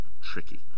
tricky